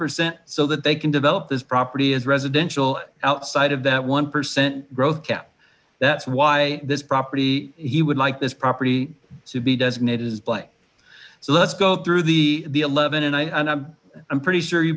percent so that they can develop this property is residential outside of that one percent growth cap that's why this property he would like this property to be designated as blight so let's go through the the eleven and i i'm i'm pretty sure you